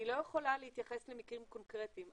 אני לא יכולה להתייחס למקרים קונקרטיים.